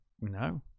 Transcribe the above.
no